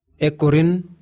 Ekorin